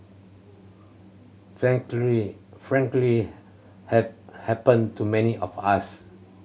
frankly frankly have happened to many of us